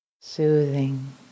soothing